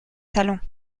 salons